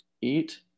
eat